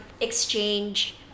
exchange